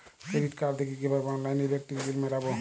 Credit card থেকে কিভাবে অনলাইনে ইলেকট্রিক বিল মেটাবো?